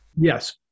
yes